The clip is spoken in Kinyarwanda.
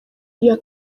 iriya